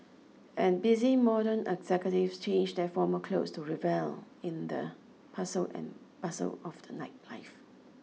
and busy modern executives change their formal clothes to revel in the hustle and bustle of the nightlife